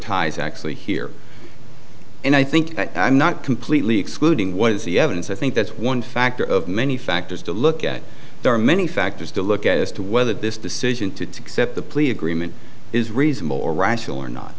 ties actually here and i think i'm not completely excluding what is the evidence i think that's one factor of many factors to look at there are many factors to look at as to whether this decision to accept the plea agreement is reasonable or rational or not